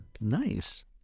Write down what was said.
Nice